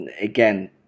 again